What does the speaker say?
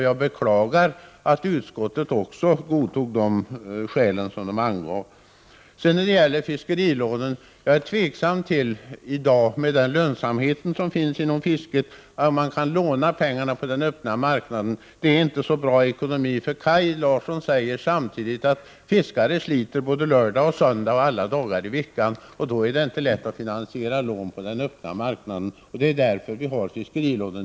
Jag beklagar att man i utskottet godtog de skäl som styrelsen angav. När det gäller fiskerilånen är jag i dag tveksam till, med tanke på den lönsamhet som finns inom fisket, att man kan låna pengarna på den öppna marknaden. Det är inte så bra ekonomi. Kaj Larsson säger samtidigt att fiskare sliter alla dagar i veckan. Då är det inte lätt att finansiera genom lån på den öppna marknaden. Det är därför vi har fiskerilånen.